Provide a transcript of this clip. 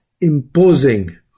imposing